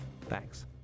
Thanks